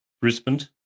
Brisbane